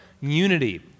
unity